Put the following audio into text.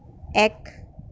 এক